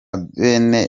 bene